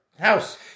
house